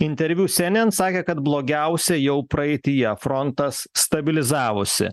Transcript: interviu cnn sakė kad blogiausia jau praeityje frontas stabilizavosi